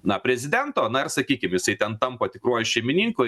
na prezidento na ir sakykim jisai ten tampa tikruoju šeimininku